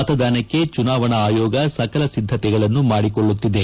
ಮತದಾನಕ್ಕೆ ಚುನಾವಣಾ ಆಯೋಗ ಸಕಲ ಸಿದ್ದತೆಗಳನ್ನು ಮಾಡಿಕೊಳ್ಳುತ್ತಿದೆ